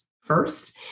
first